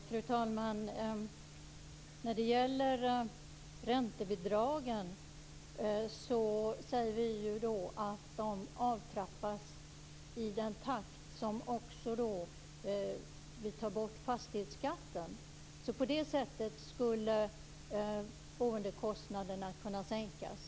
Fru talman! Angående räntebidragen säger vi att de avtrappas i den takt som fastighetsskatten tas bort. På det sättet skulle boendekostnaderna kunna sänkas.